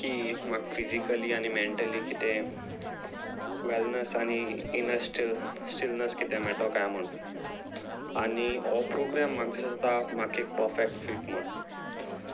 की म्हाका फिजिकली आनी मॅटली कितें वेलनस आनी इनर स्टील स्टिलनस कितें मेळटलो काय म्हूण आनी हो प्रोग्रॅम म्हाका दिसो जा म्हाक एक पफेक्ट फीट म्हण